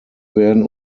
werden